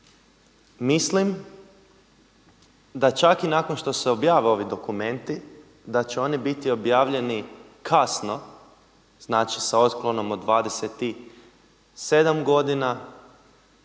Mislim da čak i nakon što se objave ovi dokumenti, da će oni biti objavljeni kasno sa otklonom od 27 godina